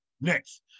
Next